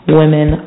women